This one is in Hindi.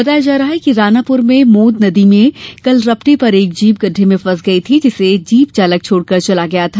बताया गया कि रानापुर में मोद नदी में कल रपटे पर एक जीप गड़डे में फंस गई थी जिसे जीप चालक छोड़कर चला गया था